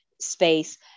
space